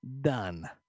Done